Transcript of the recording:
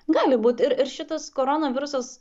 gali būt ir ir šitas koronavirusas